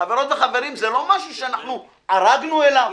חברות וחברים, זה לא משהו שאנחנו ערגנו אליו.